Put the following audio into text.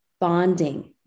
bonding